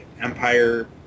Empire